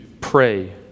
pray